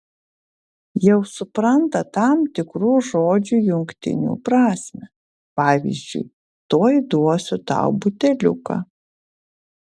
jau supranta tam tikrų žodžių jungtinių prasmę pavyzdžiui tuoj duosiu tau buteliuką